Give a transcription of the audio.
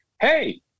hey –